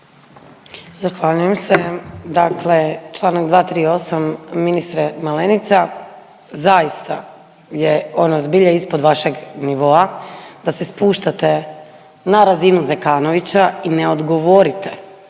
Zahvaljujem se. Dakle, Članak 238., ministre Malenica zaista je ono zbilja ispod vašeg nivoa da se spuštate na razinu Zekanovića i ne odgovorite